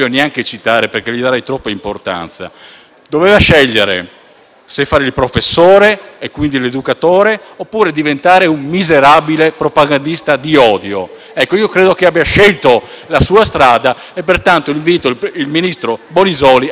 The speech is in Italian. se fare il professore e quindi l'educatore, oppure diventare un miserabile propagandista di odio. Credo che abbia scelto la sua strada e pertanto invito il ministro Bonisoli a cacciarlo dalla scuola italiana.